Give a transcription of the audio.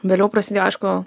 vėliau prasidėjo aišku